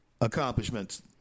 accomplishments